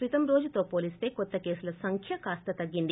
క్రితం రోజుతో పోలిస్త కొత్త కేసుల సంఖ్య కాస్త తగ్గింది